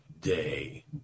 Day